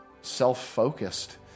self-focused